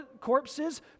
corpses